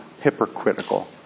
hypocritical